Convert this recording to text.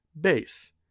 Base